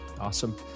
awesome